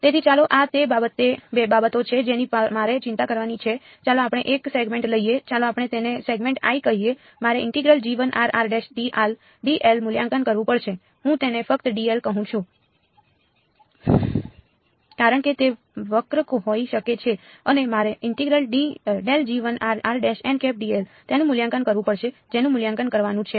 તેથી ચાલો આ તે બાબતો છે જેની મારે ચિંતા કરવાની છે ચાલો આપણે એક સેગમેન્ટ લઈએ ચાલો આપણે તેને સેગમેન્ટ i કહીએ મારે મૂલ્યાંકન કરવું પડશે હું તેને ફક્ત d l કહું છું કારણ કે તે વક્ર હોઈ શકે છે અને મારે તેનું મૂલ્યાંકન કરવું પડશે જેનું મૂલ્યાંકન કરવાનું છે